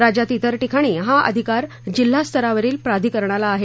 राज्यात इतर ठिकाणी हा अधिकार जिल्हा स्तरावरील प्राधिकरणाला आहे